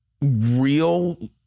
real